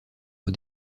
aux